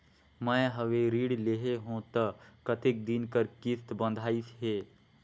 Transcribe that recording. मैं हवे ऋण लेहे हों त कतेक दिन कर किस्त बंधाइस हे?